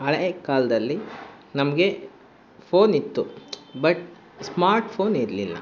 ಹಳೆ ಕಾಲದಲ್ಲಿ ನಮಗೆ ಫೋನ್ ಇತ್ತು ಬಟ್ ಸ್ಮಾರ್ಟ್ ಫೋನ್ ಇರಲಿಲ್ಲ